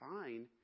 fine